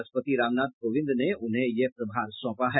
राष्ट्रपति रामनाथ कोविंद ने उन्हें यह प्रभार सौंपा है